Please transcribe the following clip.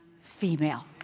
female